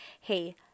Hey